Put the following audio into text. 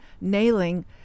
nailing